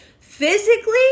physically